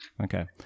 Okay